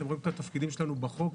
אתם רואים את התפקידים שלנו בחוק,